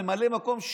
ממלא מקום,